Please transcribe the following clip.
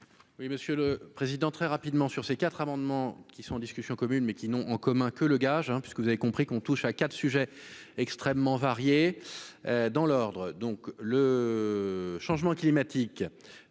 Oui, monsieur le Président, très rapidement, sur ces quatre amendements qui sont en discussion commune mais qui n'ont en commun que le gage, puisque vous avez compris qu'on touche à quatre sujets extrêmement variés dans l'ordre, donc le changement climatique